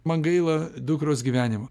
man gaila dukros gyvenimo